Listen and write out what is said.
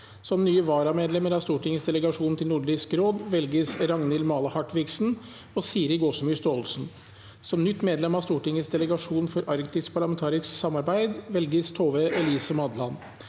Som nye varamedlemmer av Stortingets delegasjon til Nordisk råd velges: Ragnhild Male Hartviksen og Siri Gåsemyr Staalesen. Som nytt medlem av Stortingets delegasjon for arktisk parlamentarisk samarbeid velges: Tove Elise Madland.